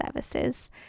services